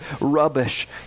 rubbish